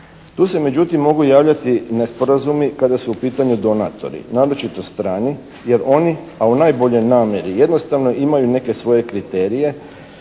Tu se međutim mogu javljati nesporazumi kada su u pitanju donatori naročito strani, jer oni, a u najboljoj namjeri jednostavno imaju neke svoje kriterije